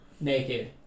naked